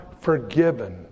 forgiven